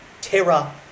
terra